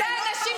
בזה אני מתביישת.